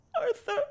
Arthur